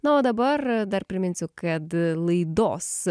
na o dabar dar priminsiu kad laidos